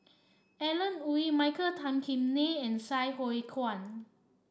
Alan Oei Michael Tan Kim Nei and Sai Hua Kuan